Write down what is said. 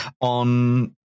on